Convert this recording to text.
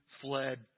fled